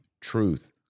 truth